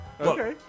Okay